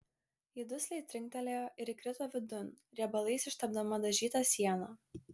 ji dusliai trinktelėjo ir įkrito vidun riebalais ištepdama dažytą sieną